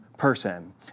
person